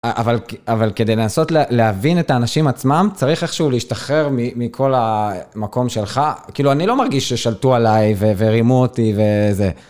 אבל כדי לנסות להבין את האנשים עצמם, צריך איכשהו להשתחרר מכל המקום שלך. כאילו, אני לא מרגיש ששלטו עליי ורימו אותי וזה.